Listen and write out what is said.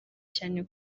cyane